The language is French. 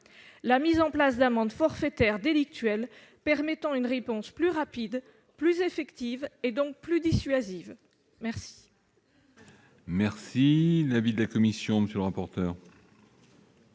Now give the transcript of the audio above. La mise en place d'amendes forfaitaires délictuelles permet une réponse plus rapide, plus effective, donc plus dissuasive. Quel